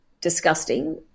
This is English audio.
disgusting